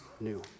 new